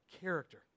character